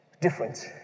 Different